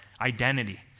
identity